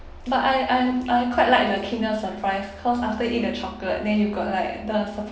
but I I I quite like the kinder surprise cause after eat the chocolate then you got like the other stuff